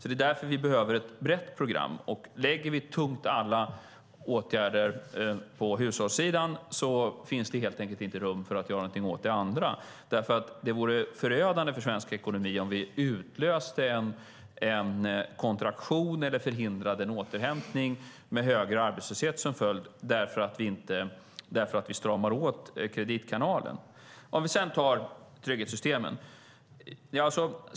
Det är därför vi behöver ett brett program. Om alla åtgärderna läggs på hushållssidan finns det helt enkelt inte rum att göra något åt det andra. Det vore förödande för svensk ekonomi om vi utlöste en kontraktion eller förhindrade en återhämtning med högre arbetslöshet som följd därför att vi stramar åt kreditkanalen. Låt oss sedan titta på trygghetssystemen.